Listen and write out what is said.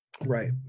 Right